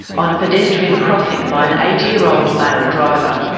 on a pedestrian crossing, by an eighty year old male driver.